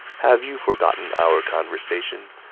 have you forgotten our conversation?